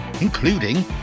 including